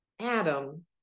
Adam